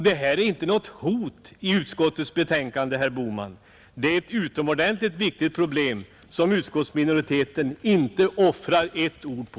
Det är inte något hot i utskottets betänkande, herr Bohman; det är ett utomordentligt viktigt problem som utskottsminoriteten inte offrar ett enda ord på.